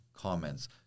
comments